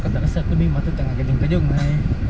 kau tak rasa aku ni mata tengah kejang-kejang !oi!